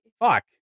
fuck